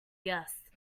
guests